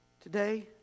Today